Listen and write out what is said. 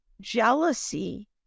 jealousy